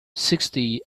sixty